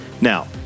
Now